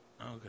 Okay